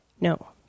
No